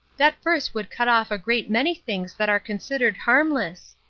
that verse would cut off a great many things that are considered harmless.